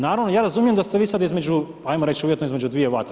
Naravno, ja razumijem da ste vi sad između, ajmo reći uvjetno između dvije vatre.